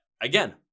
again